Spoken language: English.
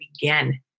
begin